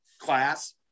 class